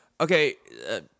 Okay